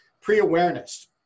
pre-awareness